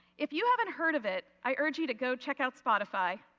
if you haven't heard of it i urge you to go check out spotify.